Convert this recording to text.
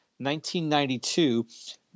1992